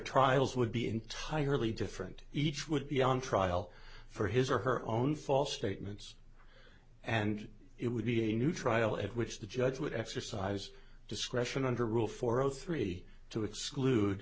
trials would be entirely different each would be on trial for his or her own false statements and it would be a new trial at which the judge would exercise discretion under rule four zero three to exclude